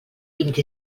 vint